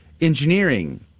engineering